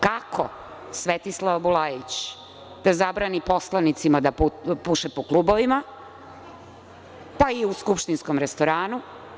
Kako Svetislava Bulajić da zabrani poslanicima da puše po klubovima, pa i u skupštinskom restoranu?